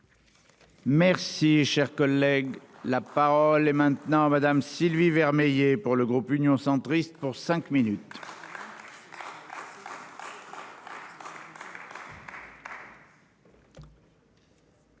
Merci cher. Collègue, la parole est maintenant Madame Sylvie Vermeillet pour le groupe Union centriste pour cinq minutes. Monsieur